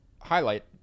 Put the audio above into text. highlight